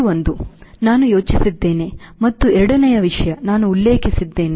ಇದು ಒಂದು ನಾನು ಯೋಚಿಸಿದ್ದೇನೆ ಮತ್ತು ಎರಡನೆಯ ವಿಷಯವನ್ನು ನಾನು ಉಲ್ಲೇಖಿಸಿದ್ದೇನೆ